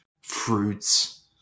fruits